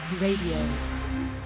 Radio